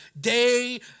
day